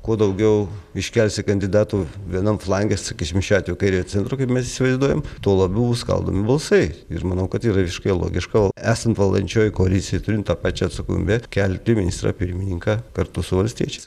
kuo daugiau iškelsi kandidatų vienam flange sakysim šiuo atveju kairiojo centro kaip mes įsivaizduojam tuo labiau skaldomi balsai ir manau kad yra visiškai logiška esant valdančiojoj koalicijoj turint tą pačią atsakomybę kelti ministrą pirmininką kartu su valstiečiais